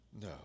No